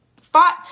spot